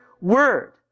word